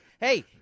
hey